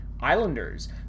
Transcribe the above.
Islanders